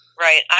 Right